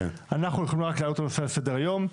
אנחנו הולכים רק להעלות את הנושא על סדר היום,